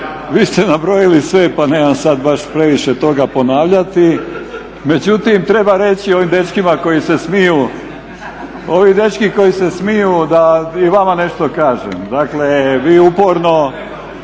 Vi ste nabrojili sve pa nemam sad baš previše toga ponavljati. Međutim, treba reći ovim dečkima koji se smiju da i njima nešto kažem. Dakle, vi uporno